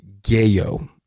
Gayo